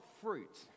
fruit